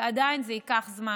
ועדיין זה ייקח זמן,